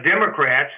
Democrats